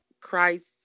Christ